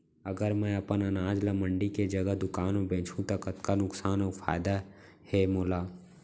अगर मैं अपन अनाज ला मंडी के जगह दुकान म बेचहूँ त कतका नुकसान अऊ फायदा हे मोला?